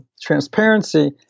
transparency